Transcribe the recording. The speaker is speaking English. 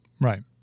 Right